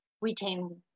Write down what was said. retain